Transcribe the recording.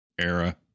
era